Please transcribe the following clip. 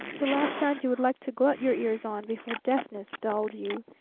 the last sound you would like to glut your ears on before deafness dulled you!